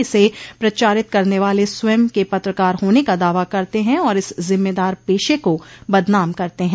इसे प्रचारित करने वाले स्वयं के पत्रकार होने का दावा करते हैं और इस जिम्मेदार पेशे को बदनाम करते हैं